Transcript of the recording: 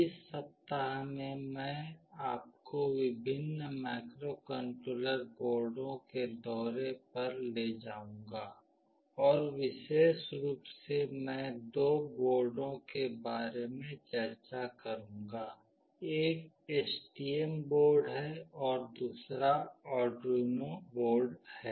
इस सप्ताह में मैं आपको विभिन्न माइक्रोकंट्रोलर बोर्डों के दौरे पर ले जाऊंगी और विशेष रूप से मैं दो बोर्डों के बारे में चर्चा करूंगी एक STM बोर्ड है और दूसरा आर्डुइनो बोर्ड है